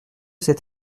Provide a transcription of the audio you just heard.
c’est